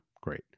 great